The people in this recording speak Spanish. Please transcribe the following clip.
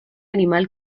animal